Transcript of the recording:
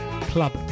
club